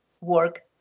work